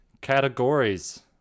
categories